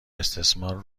استثمار